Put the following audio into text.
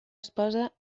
esposa